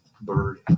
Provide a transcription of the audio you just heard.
Bird